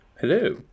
Hello